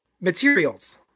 materials